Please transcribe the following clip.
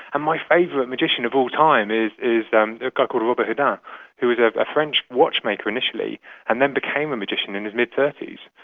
and my favourite magician of all time is is a guy called robert houdin um who was ah a french watchmaker initially and then became a magician in his mid thirty s.